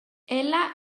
ella